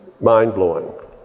mind-blowing